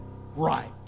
Right